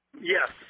Yes